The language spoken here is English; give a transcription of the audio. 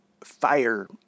fire